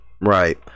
Right